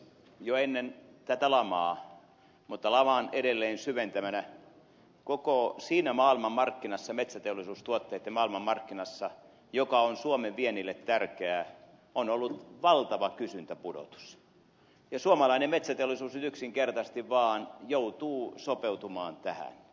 jo ennen tätä lamaa mutta laman edelleen syventämänä koko siinä maailmanmarkkinassa metsäteollisuustuotteitten maailmanmarkkinassa joka on suomen viennille tärkeää on ollut valtava kysyntäpudotus ja suomalainen metsäteollisuus nyt yksinkertaisesti vaan joutuu sopeutumaan tähän